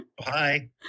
Hi